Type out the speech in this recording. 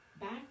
back